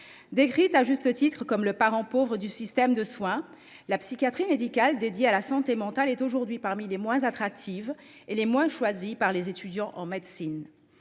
Décrite, à juste titre, comme le parent pauvre du système de soins, la psychiatrie médicale dédiée à la santé mentale figure aujourd’hui parmi les spécialités les moins attractives et les moins choisies par les étudiants en médecine.